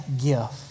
gift